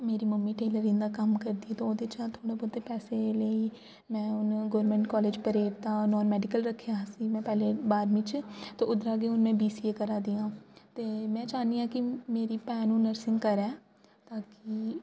मेरी mummy tailoring दा कम्म करदी ते ओह्दे चा थोह्ड़े बहोतै पैसे लेइयै में गौरमेंट कॉलेज़ परेड दा नॉन मेडिकल रखेआ हा असें में पैह्लें बारमीं च ते उद्धरा गै में बी सी ए करा दी आं ते में चाह्न्नीं आं की मेरी भैन हून नर्सिंग करै ताकी